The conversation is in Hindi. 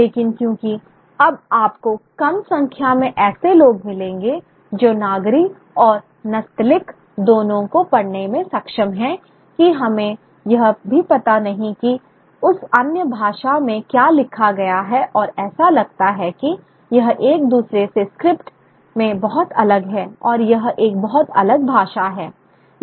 लेकिन क्योंकि अब आपको कम संख्या में ऐसे लोग मिलेंगे जो नागरी और नस्तलीक दोनों को पढ़ने में सक्षम हैं कि हमें यह भी पता नहीं है कि उस अन्य भाषा में क्या लिखा गया है और ऐसा लगता है कि यह एक दूसरे से स्क्रिप्ट में बहुत अलग है और यह एक बहुत अलग भाषा है